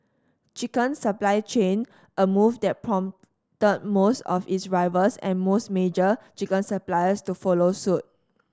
chicken supply chain a move there prompted most of its rivals and most major chicken suppliers to follow suit